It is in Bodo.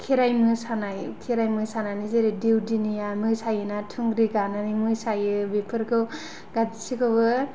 खेराइ मोसानाय खेराइ मोसानानै जेरै दौदिनिया मोसायोना थुंग्रि गानानै मोसायो बेफोरखौ गासिखौबो